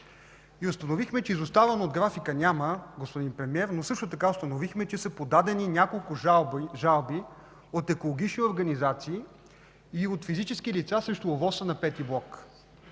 и установихме, че изоставане от графика няма, господин Премиер. Също така установихме, че са подадени няколко жалби от екологични организации и от физически лица срещу ОВОС на V блок.